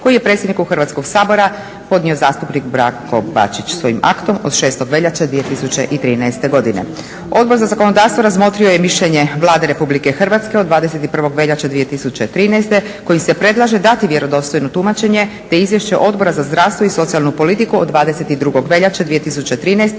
koji je predsjedniku Hrvatskog sabora podnio zastupnik Branko Bačić svojim aktom od 6. veljače 2013. godine. Odbor za zakonodavstvo razmotrio je i mišljenje Vlade Republike Hrvatske od 21. veljače 2013. kojim se predlaže dati vjerodostojno tumačenje, te izvješće Odbora za zdravstvo i socijalnu politiku od 22. veljače 2013.